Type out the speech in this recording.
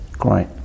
Great